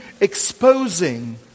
exposing